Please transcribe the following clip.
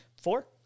Four